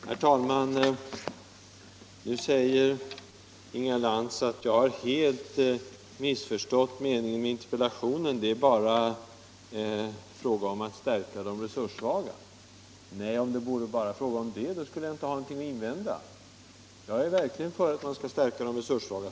Herr talman! Fru Lantz säger att jag helt har missförstått meningen med interpellationen — det är bara fråga om att stärka de resurssvaga. Nej, om det bara vore fråga om det skulle jag inte ha någonting att invända. Jag är verkligen för att stärka de resurssvaga.